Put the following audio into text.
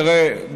תראה,